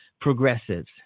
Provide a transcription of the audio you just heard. progressives